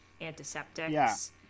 antiseptics